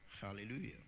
Hallelujah